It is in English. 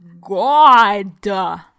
God